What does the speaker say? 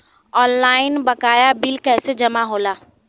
Online बकाया bill कैसे जमा होला?